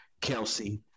Kelsey